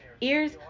ears